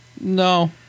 no